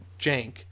jank